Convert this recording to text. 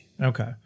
Okay